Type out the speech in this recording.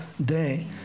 day